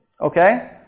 Okay